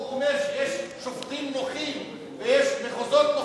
הוא אומר שיש שופטים נוחים ויש מחוזות נוחים,